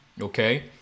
Okay